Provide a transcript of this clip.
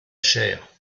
chair